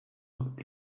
looked